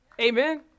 Amen